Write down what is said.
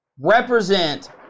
represent